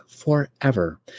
forever